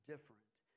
different